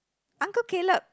uncle Caleb